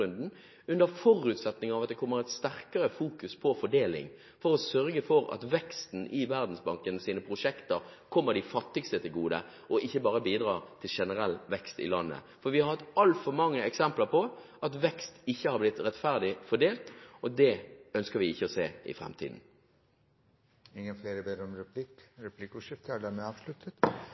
IDA-17-runden, under forutsetning av at det kommer et sterkere fokus på fordeling for å sørge for at veksten i Verdensbankens prosjekter kommer de fattigste til gode, og ikke bare bidrar til generell vekst i landet. For vi har hatt altfor mange eksempler på at vekst ikke har blitt rettferdig fordelt, og det ønsker vi ikke å se i framtiden. Replikkordordskiftet er